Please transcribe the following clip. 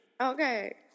Okay